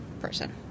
person